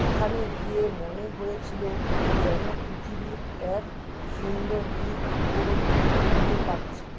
ওখানে গিয়ে মনে হয়েছিল যেন পৃথিবীর এক সুন্দর দিক উপলব্ধি করতে পারছি